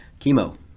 chemo